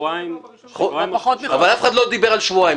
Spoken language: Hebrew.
שבועיים או שלושה --- אבל אף אחד לא דיבר על שבועיים.